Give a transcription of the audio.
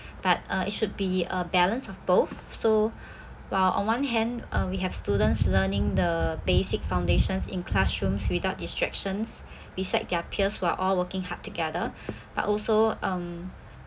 but uh it should be a balance of both so while on one hand uh we have students learning the basic foundations in classrooms without distractions beside their peers who are all working hard together but also um